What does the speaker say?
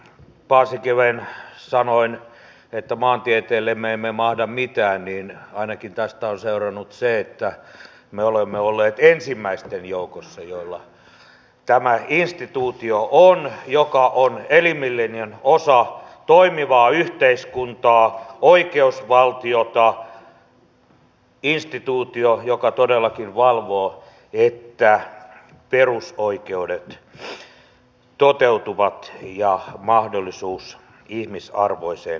paasikiven sanoin maantieteellemme emme mahda mitään mutta ainakin tästä on seurannut se että me olemme olleet ensimmäisten joukossa joilla on tämä instituutio joka on elimellinen osa toimivaa yhteiskuntaa oikeusvaltiota instituutio joka todellakin valvoo että perusoikeudet ja mahdollisuus ihmisarvoiseen inhimilliseen elämään toteutuvat